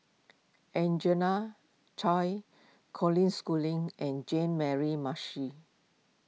Angena Choy Colin Schooling and Jean Mary Marshall